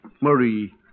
Marie